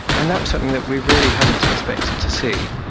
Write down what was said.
and that was something that we really hadn't expected to see.